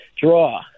draw